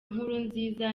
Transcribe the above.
nkurunziza